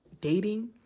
dating